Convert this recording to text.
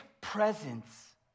presence